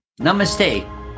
Namaste